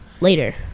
Later